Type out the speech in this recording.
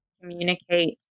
communicate